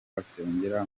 asengera